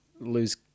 lose